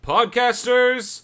Podcasters